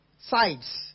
sides